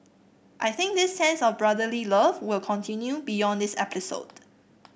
I think this sense of brotherly love will continue beyond this episode